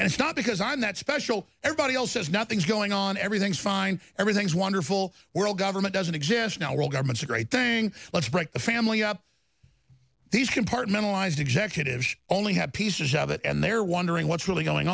and it's not because i'm that special everybody else says nothing's going on everything's fine everything's wonderful world government doesn't exist now world governments are great thing let's break the family up these compartmentalise executives only have pieces of it and they're wondering what's really going